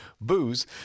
booze